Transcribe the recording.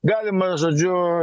galima žodžiu